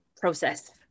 process